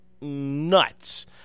nuts